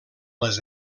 les